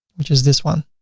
which is this one.